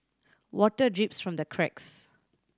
water drips from the cracks